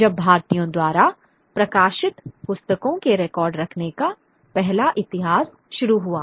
जब भारतीयों द्वारा प्रकाशित पुस्तकों के रिकॉर्ड रखने का पहला इतिहास शुरू हुआ